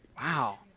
Wow